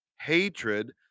Hatred